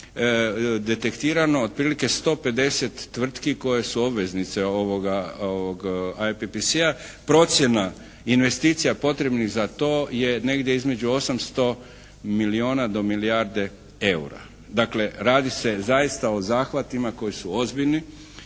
detektirano otprilike 150 tvrtki koje su obveznice ovoga, ovog IPPS-a. Procjena investicija potrebnih za to je negdje između 800 milijuna do milijarde EUR-a. Dakle radi se zaista o zahvatima koji su ozbiljni.